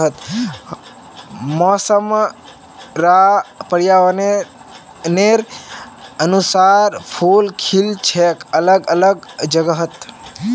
मौसम र पर्यावरनेर अनुसार फूल खिल छेक अलग अलग जगहत